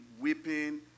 weeping